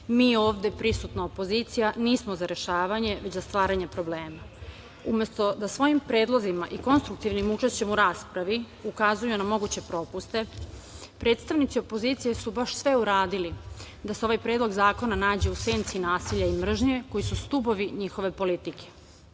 mi ovde prisutna opozicija nismo za rešavanje, već za stvaranje problema. Umesto da svojim predlozima i konstruktivnim učešćem u raspravi ukazuju na moguće propuste predstavnici opozicije su baš sve uradili da se ovaj Predlog zakona nađe u senci nasilja i mržnje, koji su stubovi njihove politike. Njihovo